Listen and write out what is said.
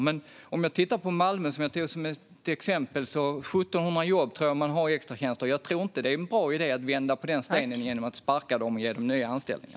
Men i Malmö, som jag tog som exempel, tror jag att man har 1 700 jobb i form av extratjänster. Jag tror inte att det är en bra idé att vända på den stenen genom att sparka dem som har de jobben och ge dem nya anställningar.